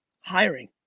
Hiring